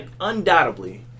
undoubtedly